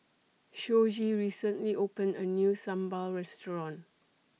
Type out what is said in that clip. Shoji recently opened A New Sambal Restaurant